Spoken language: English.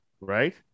Right